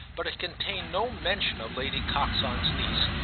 but it contained no mention of lady coxon's niece,